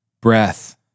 Breath